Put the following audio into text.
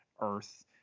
Earth